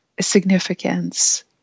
significance